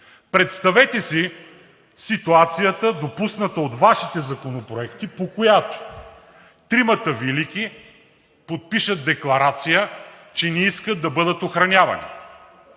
Представете си ситуацията, допусната от Вашите законопроекти, по която тримата велики подпишат декларация, че не искат да бъдат охранявани,